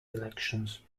elections